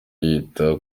yita